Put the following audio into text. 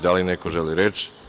Da li neko želi reč?